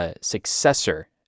Successor